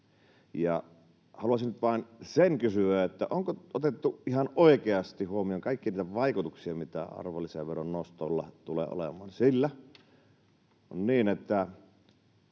Haluaisin nyt vain sen kysyä, onko otettu ihan oikeasti huomioon kaikkia niitä vaikutuksia, mitä arvonlisäveron nostolla tulee olemaan, sillä